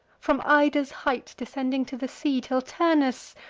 from ida's height descending to the sea till turnus,